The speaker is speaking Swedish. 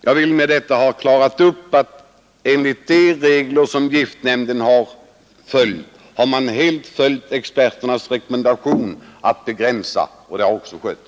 Jag har med detta velat slå fast att giftnämnden helt följt experternas rekommendationer när det gällt att begränsa användningen av preparat.